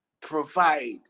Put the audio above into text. Provide